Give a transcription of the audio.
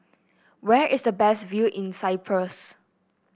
where is the best view in Cyprus